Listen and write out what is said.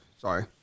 Sorry